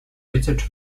research